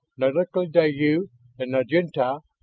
nalik'ideyu and naginlta,